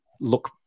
look